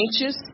anxious